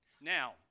Now